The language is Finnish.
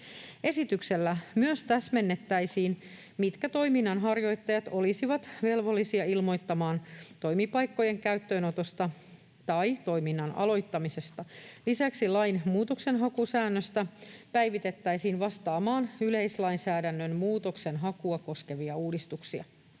Esityksellä myös täsmennettäisiin, mitkä toiminnanharjoittajat olisivat velvollisia ilmoittamaan toimipaikkojen käyttöönotosta tai toiminnan aloittamisesta. Lisäksi lain muutoksenhakusäännöstä päivitettäisiin vastamaan yleislainsäädännön muutoksenhakua koskevia uudistuksia.